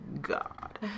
God